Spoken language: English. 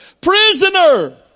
prisoner